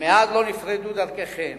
ומאז לא נפרדו דרכיכם.